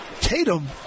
Tatum